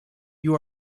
you